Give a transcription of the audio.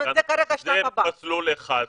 זה מסלול אחד.